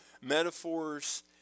metaphors